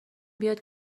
بیاد